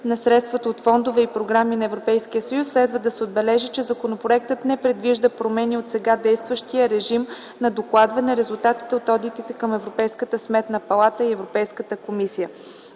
на средствата от фондове и програми на Европейския съюз следва да се отбележи, че законопроектът не предвижда промени от сега действащия режим на докладване резултатите от одитите към Европейската сметна палата и Европейската комисия.